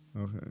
Okay